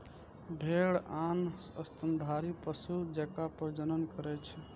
भेड़ आन स्तनधारी पशु जकां प्रजनन करै छै